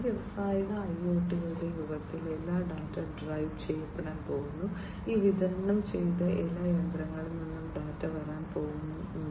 വ്യാവസായിക ഐഒടി യുഗത്തിൽ എല്ലാം ഡാറ്റ ഡ്രൈവ് ചെയ്യപ്പെടാൻ പോകുന്നു ഈ വിതരണം ചെയ്ത എല്ലാ യന്ത്രങ്ങളിൽ നിന്നും ഡാറ്റ വരാൻ പോകുന്നു